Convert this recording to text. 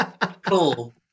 Cool